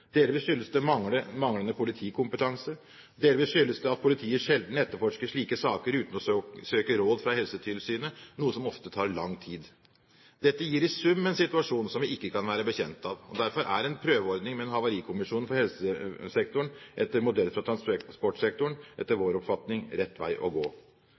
Delvis skyldes det manglende politikompetanse, og delvis skyldes det at politiet sjelden etterforsker slike saker uten å søke råd fra Helsetilsynet, noe som ofte tar lang tid. Dette gir i sum en situasjon som vi ikke kan være bekjent av, og derfor er en prøveordning med en havarikommisjon for helsesektoren etter modell fra transportsektoren, etter vår oppfatning, rett vei å gå.